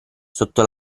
sotto